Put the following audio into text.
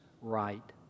right